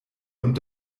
und